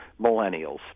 Millennials